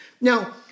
Now